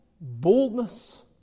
boldness